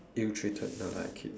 ill treated no lah kid